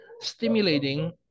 stimulating